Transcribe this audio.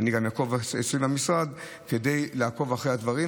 ואני גם אעקוב אצלי במשרד אחרי הדברים.